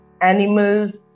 animals